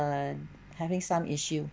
uh having some issue